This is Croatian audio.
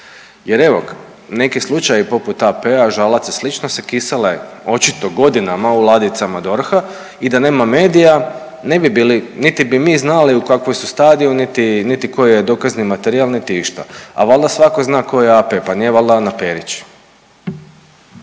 jer evo ga neki slučaji AP-a, Žalac i slično se kisele očito godinama u ladicama DORH-a i da nema medija ne bi bili niti bi mi znali u kakvoj su stadiju niti, niti koji je dokazni materijal niti išta. A valja svako za tko je AP, pa nije valjda Ana Perić.